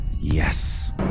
Yes